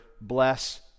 bless